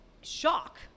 shock